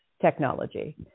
technology